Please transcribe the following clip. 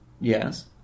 Yes